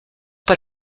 pas